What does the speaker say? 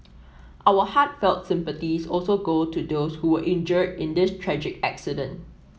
our heartfelt sympathies also go to those who were injured in this tragic accident